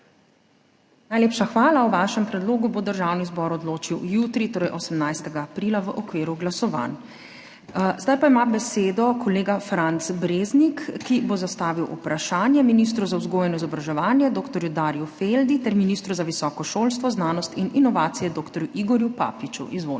Najlepša hvala. O vašem predlogu bo Državni zbor odločil jutri, torej 18. aprila, v okviru glasovanj. Zdaj pa ima besedo kolega Franc Breznik, ki bo zastavil vprašanje ministru za vzgojo in izobraževanje dr. Darju Feldi, ter ministru za visoko šolstvo, znanost in inovacije dr. Igorju Papiču. Izvolite.